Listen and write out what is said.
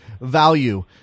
value